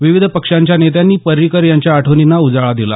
विविध पक्षाच्या नेत्यांनी पर्रिकर यांच्या आठवणींना उजाळा दिला